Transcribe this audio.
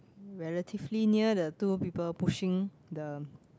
relatively near the two people pushing the